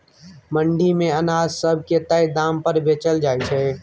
मंडी मे अनाज सब के तय दाम पर बेचल जाइ छै